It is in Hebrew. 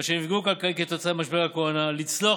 אשר נפגעו כלכלית כתוצאה ממשבר הקורונה לצלוח